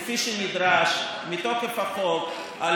איך קורה שהממשלה מפירה את החוק?